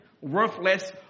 worthless